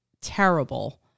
terrible